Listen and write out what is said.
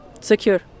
Secure